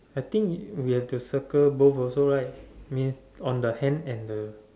I think we have to circle both also right means on the hand and the